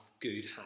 good